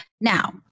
Now